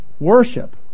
Worship